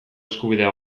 eskubidea